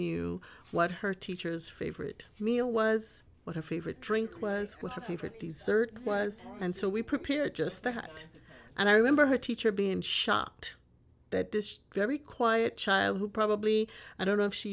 knew what her teacher's favorite meal was what her favorite drink was with her favorite dessert and so we prepared just that and i remember her teacher being shocked that this very quiet child who probably i don't know if